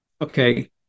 okay